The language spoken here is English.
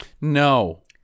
no